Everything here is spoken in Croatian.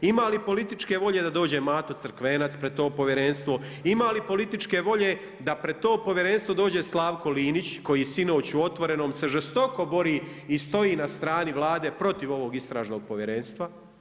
Imali političke volje da dođe Mato Crkvenac pred to povjerenstvo? ima li političke volje da pred to povjerenstvo dođe Slavko Linić koji sinoć u Otvorenom se žestoko bori i stoji na strani Vlade protiv ovog Istražnog povjerenstva?